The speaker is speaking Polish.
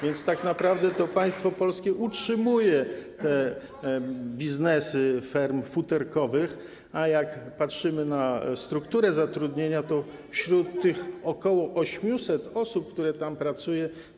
Więc tak naprawdę to państwo polskie utrzymuje biznesy ferm zwierząt futerkowych, a jak patrzymy na strukturę zatrudnienia, to wśród tych ok. 800 osób, które tam pracują, jest.